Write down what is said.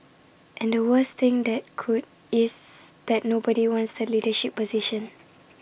and the worst thing that could is that nobody wants the leadership position